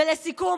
ולסיכום,